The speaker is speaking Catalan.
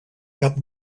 cap